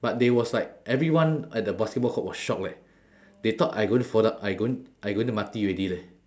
but they was like everyone at the basketball court was shocked leh they thought I going to fall down I going I going to mati already leh